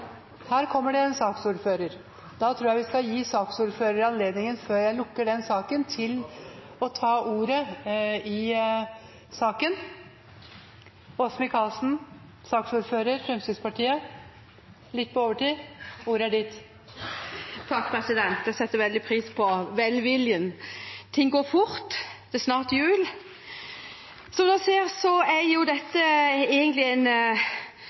Her kommer det en saksordfører. Da tror jeg vi skal gi saksordføreren anledning, før jeg lukker sak nr. 7, til å ta ordet i saken. Åse Michaelsen, saksordfører, ordet er ditt – litt på overtid! Takk, president, jeg setter veldig pris på velviljen. Ting går fort, og det er snart jul. Som dere ser, er dette egentlig en